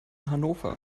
hannover